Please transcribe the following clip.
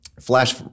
flash